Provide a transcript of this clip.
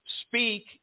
speak